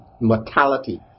mortality